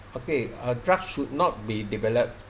okay uh drugs should not be developed